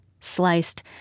sliced